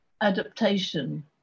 adaptation